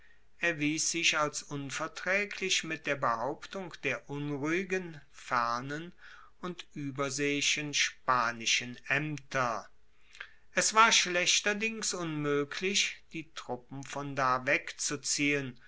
sich als unvertraeglich mit der behauptung der unruhigen fernen und ueberseeischen spanischen aemter es war schlechterdings unmoeglich die truppen von da wegzuziehen